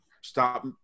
stop